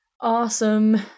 Awesome